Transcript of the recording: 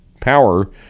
power